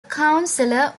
councillor